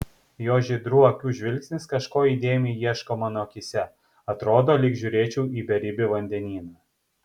jo žydrų akių žvilgsnis kažko įdėmiai ieško mano akyse atrodo lyg žiūrėčiau į beribį vandenyną